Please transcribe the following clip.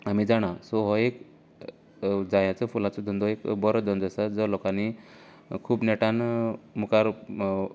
आमी जाणां सो हो एक जायांचो फुलांचो धंदो एक बरो धंदो आसा जो लोकांनी खूब नेटान मुखार